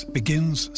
begins